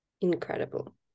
incredible